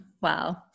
Wow